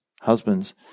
husbands